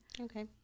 Okay